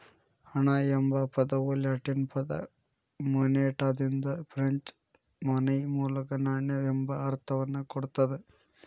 ಹಣ ಎಂಬ ಪದವು ಲ್ಯಾಟಿನ್ ಪದ ಮೊನೆಟಾದಿಂದ ಫ್ರೆಂಚ್ ಮೊನೈ ಮೂಲಕ ನಾಣ್ಯ ಎಂಬ ಅರ್ಥವನ್ನ ಕೊಡ್ತದ